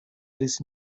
this